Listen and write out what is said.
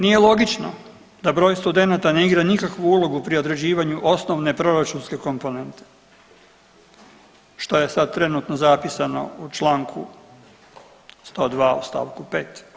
Nije logično da broj studenata ne igra nikakvu ulogu pri određivanju osnovne proračunske komponente, što je sad trenutno zapisano u čl. 102. u st. 5.